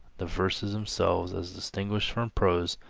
the verses themselves, as distinguished from prose,